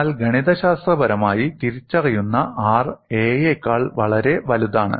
എന്നാൽ ഗണിതശാസ്ത്രപരമായി തിരിച്ചറിയുന്ന R a യെക്കാൾ വളരെ വലുതാണ്